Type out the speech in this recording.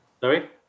Sorry